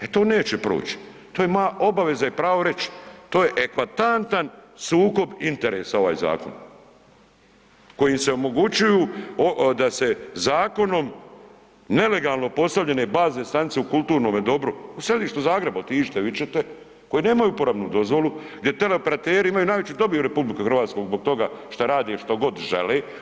E to neće proć, to je moja obaveza i pravo reći, to je eklatantan sukob interesa ovaj zakon kojim se omogućuju da se zakonom nelegalno postavljene bazne stanice u kulturnome dobru u središtu Zagreba otiđite vidjet ćete koji nemaju uporabnu dozvolu gdje teleoperateri imaju najveću dobit u RH zbog toga šta rade što god žele.